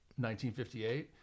1958